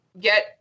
get